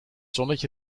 zonnetje